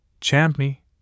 Champney